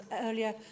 earlier